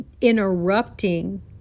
interrupting